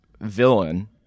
villain